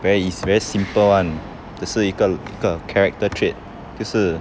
very eas~ very simple [one] 只是一个一个 character trait 就是